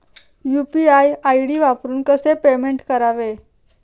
UPI ID वापरून कसे payment करावे?